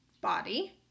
body